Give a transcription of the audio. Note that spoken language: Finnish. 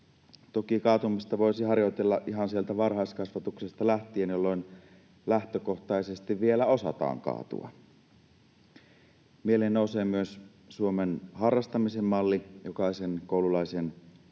Toki kaatumista voisi harjoitella ihan sieltä varhaiskasvatuksesta lähtien, jolloin lähtökohtaisesti vielä osataan kaatua. Mieleen nousee myös Suomen harrastamisen malli, jokaisen koululaisen